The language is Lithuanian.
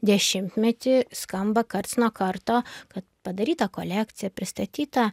dešimtmetį skamba karts nuo karto kad padaryta kolekcija pristatyta